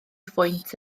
phwynt